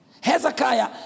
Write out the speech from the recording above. Hezekiah